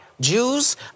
Jews